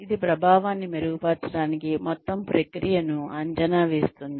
ఇది ప్రభావాన్ని మెరుగుపరచడానికి మొత్తం ప్రక్రియను అంచనా వేస్తుంది